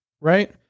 right